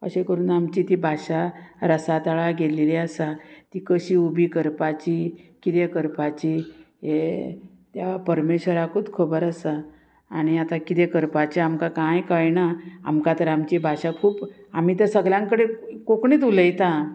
अशें करून आमची ती भाशा रसातळा गेलली आसा ती कशी उबी करपाची किदें करपाची हे त्या परमेश्वराकूत खबर आसा आनी आतां किदें करपाचें आमकां कांय कयणा आमकां तर आमची भाशा खूब आमी तें सगल्यां कडेन कोंकणीत उलयता